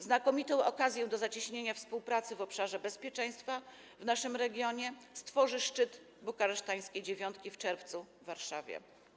Znakomitą okazję do zacieśnienia współpracy w obszarze bezpieczeństwa w naszym regionie stworzy szczyt bukareszteńskiej dziewiątki w czerwcu w Warszawie.